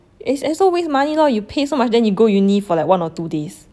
it's it's so waste money lor you pay so much then you go uni for like one or two days